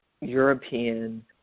European